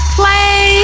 play